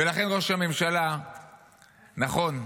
ולכן ראש הממשלה, נכון,